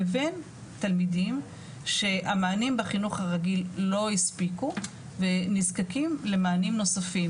לבין תלמידים שהמענים בחינוך הרגיל לא הספיקו ונזקקים למענים נוספים,